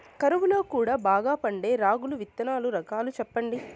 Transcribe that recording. కరువు లో కూడా బాగా పండే రాగులు విత్తనాలు రకాలు చెప్పండి?